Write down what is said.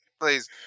Please